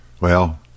Well